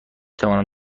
توانم